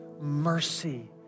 mercy